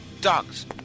dogs